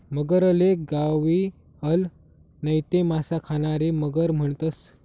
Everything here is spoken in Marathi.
मगरले गविअल नैते मासा खानारी मगर म्हणतंस